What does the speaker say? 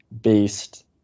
based